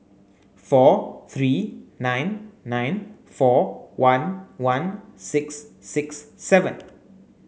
four three nine nine four one one six six seven